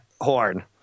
horn